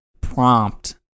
prompt